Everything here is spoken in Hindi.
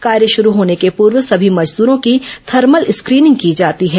कार्य शुरू होने के पूर्व सभी मजदूरों की थर्मल स्क्रीनिंग की जाती है